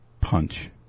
Punch